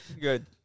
Good